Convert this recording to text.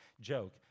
joke